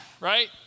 right